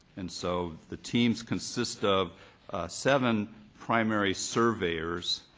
and so the teams consist of seven primary surveyors.